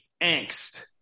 angst